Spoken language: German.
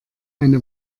eine